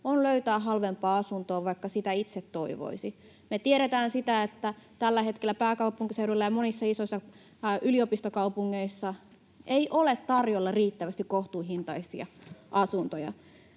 on löytää halvempaa asuntoa, vaikka sitä itse toivoisi. Me tiedetään se, että tällä hetkellä pääkaupunkiseudulla ja monissa isoissa yliopistokaupungeissa ei ole tarjolla riittävästi kohtuuhintaisia asuntoja.